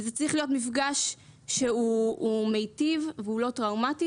וזה צריך להיות מפגש שהוא מיטיב והוא לא טראומתי,